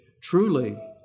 truly